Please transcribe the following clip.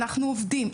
אנחנו עובדים,